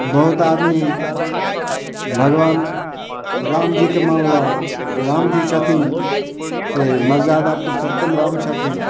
बहुत आदमी भगबान राम जीके मानलक तऽ राम जी छथिन से मर्जादा पुरषोत्तम राम छथिन